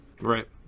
right